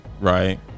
right